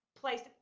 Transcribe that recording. placed